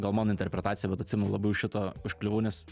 gal mano interpretacija bet atsimenu labai už šito užkliuvau nes